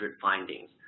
findings